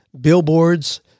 billboards